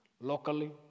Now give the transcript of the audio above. Locally